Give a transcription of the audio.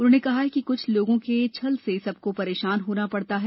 उन्होंने कहा कि कुछ लोगों के छल से सबको परेशान होना पडता है